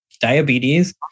diabetes